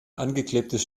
angeklebtes